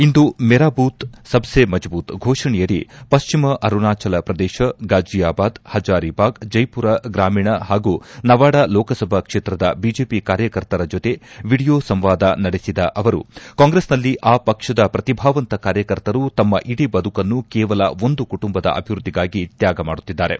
ಇಂದು Mera booth sab se mazboot ಘೋಷಣೆಯಡಿ ಪಶ್ಚಿಮ ಅರುಣಾಚಲ ಪ್ರದೇಶ ಗಾಜಿಯಬಾದ್ ಪಜಾರಿಬಾಗ್ ಜೈಮರ ಗ್ರಾಮೀಣಾ ಹಾಗೂ ನವಾಡ ಲೋಕಸಭಾ ಕ್ಷೇತ್ರದ ಬಿಜೆಪಿ ಕಾರ್ಯಕರ್ತರ ಜೊತೆ ವಿಡಿಯೋ ಸಂವಾದ ನಡೆಸಿದ ಅವರು ಕಾಂಗ್ರಸ್ನಲ್ಲಿ ಆ ಪಕ್ಷದ ಪ್ರತಿಭಾವಂತ ಕಾರ್ಯಕರ್ತರು ತಮ್ನ ಇಡಿ ಬದುಕನ್ನು ಕೇವಲ ಒಂದು ಕುಟುಂಬದ ಅಭಿವೃದ್ದಿಗಾಗಿ ತ್ವಾಗ ಮಾಡುತ್ತಿದ್ದಾರೆ